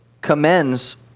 commends